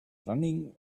running